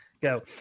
go